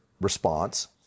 response